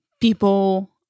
people